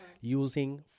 using